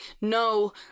no